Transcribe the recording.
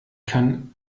kann